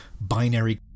binary